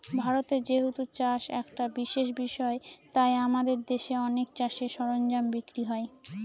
ভারতে যেহেতু চাষ একটা বিশেষ বিষয় তাই আমাদের দেশে অনেক চাষের সরঞ্জাম বিক্রি হয়